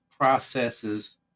processes